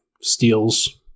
steals